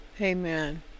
Amen